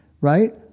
right